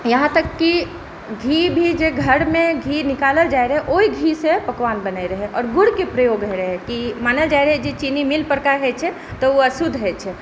यहाँ तक की घी भी जे घरमे घी निकालल जाइ रहै ओहि घीसॅं पकवान बनै रहै आओर गुड़के प्रयोग होइ रहै की मानल जाइ रहै जे चीनी मिल परका होइ छै तऽ ओ अशुद्ध होइ छै